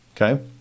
Okay